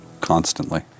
Constantly